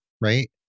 Right